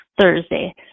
Thursday